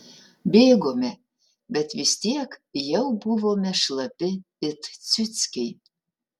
bėgome bet vis tiek jau buvome šlapi it ciuckiai